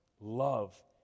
love